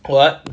what